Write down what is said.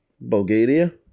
Bulgaria